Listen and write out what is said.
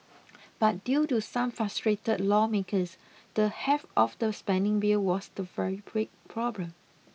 but due to some frustrated lawmakers the heft of the spending bill was the very problem